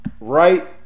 right